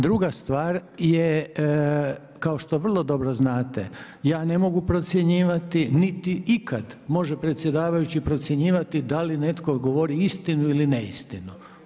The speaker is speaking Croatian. Druga stvar je kao što vrlo dobro znate ja ne mogu procjenjivati niti ikad može predsjedavajući procjenjivati da li netko govori istinu ili neistinu.